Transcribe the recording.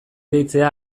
deitzea